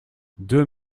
deux